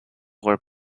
were